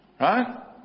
Right